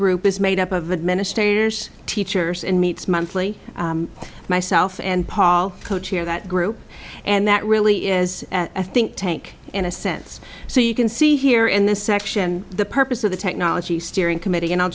group is made up of administrators teachers and meets monthly myself and paul co chair that group and that really is a think tank in a sense so you can see here in this section the purpose of the technology steering committee and i'll